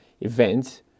events